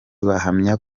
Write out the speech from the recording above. bahamya